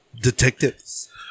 Detectives